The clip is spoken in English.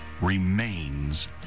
remains